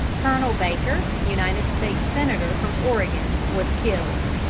colonel baker, united states senator from oregon, was killed.